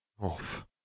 off